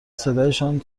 صدایشان